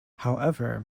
however